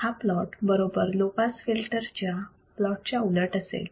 हा प्लॉट बरोबर low pass filter च्या प्लॉटच्या उलट असेल